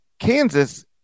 Kansas